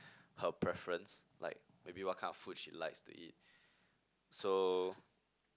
her preference like maybe what kind of food she likes to eat so